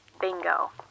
Bingo